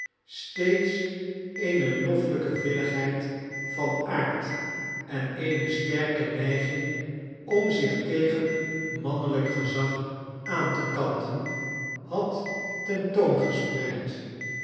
steeds eene loffelijke vinnigheid van aard en eene sterke neiging om zich tegen mannelijk gezag aan te kanten had ten toon gespreid